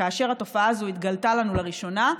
כאשר התופעה הזו התגלתה לנו לראשונה,